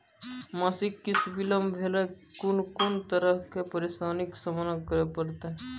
मासिक किस्त बिलम्ब भेलासॅ कून कून तरहक परेशानीक सामना करे परतै?